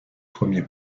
premier